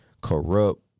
corrupt